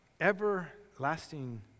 Everlasting